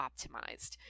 optimized